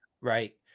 right